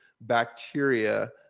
bacteria